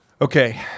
Okay